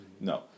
No